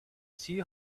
see